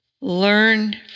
Learn